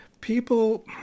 people